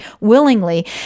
willingly